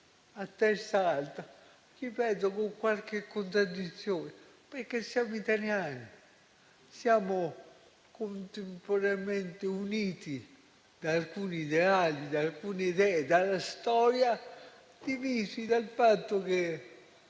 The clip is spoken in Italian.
a testa alta - ripeto - con qualche contraddizione, perché siamo italiani. Siamo contemporaneamente uniti da alcuni ideali, da alcune idee e dalla storia e divisi da un po'